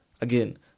Again